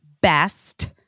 best